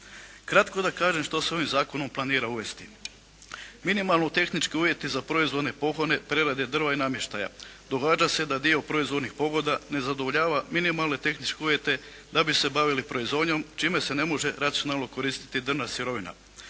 Kratko da kažem što se ovim zakonom planira uvesti. Minimalni tehnički uvjeti za proizvodne pogone prerade drva i namještaja. Događa se da dio proizvodnih pogona ne zadovoljava minimalne tehničke uvjete da bi se bavili proizvodnjom, čime se ne može racionalno koristiti drvna sirovina.